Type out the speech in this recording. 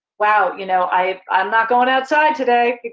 wow, you know i'm not going outside today,